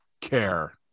care